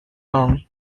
long